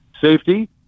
safety